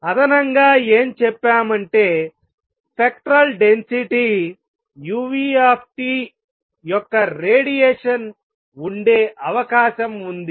అదనంగా ఏం చెప్పామంటే స్పెక్ట్రల్ డెన్సిటీ uT యొక్క రేడియేషన్ ఉండే అవకాశం ఉంది